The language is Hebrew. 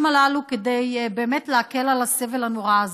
הללו כדי באמת להקל על הסבל הנורא הזה.